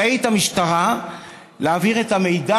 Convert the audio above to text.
המשטרה רשאית להעביר את המידע,